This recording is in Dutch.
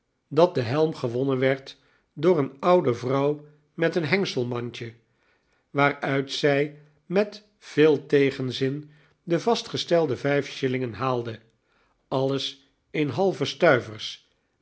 dat de helm gewonnen werd door een oude juffrouw met een hengselmandje waaruit zij met veel tegenzin de vastgestelde vijf shillingen haalde alles in halve stuivers